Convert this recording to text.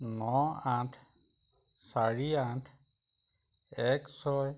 ন আঠ চাৰি আঠ এক ছয়